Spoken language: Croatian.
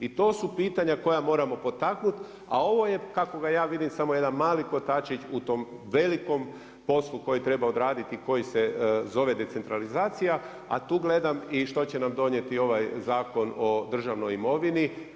I to su pitanja koja moramo potaknuti a ovo je kako ga ja vidim samo jedan mali kotačić u tom velikom poslu koji treba odraditi i koji se zove decentralizacija a tu gledam i što će nam donijeti i ovaj Zakon o državnoj imovini.